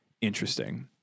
interesting